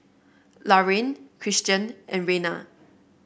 Laraine Christian and Reina